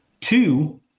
two